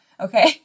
okay